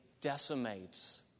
decimates